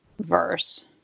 verse